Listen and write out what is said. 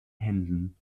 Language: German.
händen